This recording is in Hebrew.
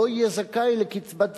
לא יהיה זכאי לקיצבת זיקנה.